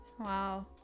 wow